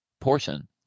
portion